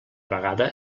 vegada